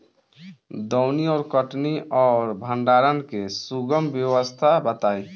दौनी और कटनी और भंडारण के सुगम व्यवस्था बताई?